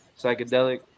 psychedelic